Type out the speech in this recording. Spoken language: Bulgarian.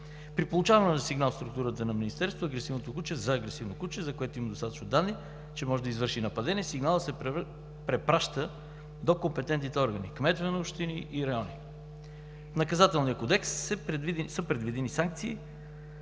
При получаване на сигнал в структурата на Министерството за агресивно куче, за което има достатъчно данни, че може да извърши нападение, сигналът се препраща до компетентните органи – кметове на общини и райони. В Наказателния кодекс са предвидени санкции